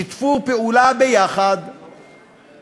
שיתפו פעולה על מנת